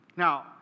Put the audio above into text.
Now